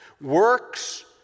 works